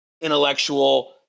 intellectual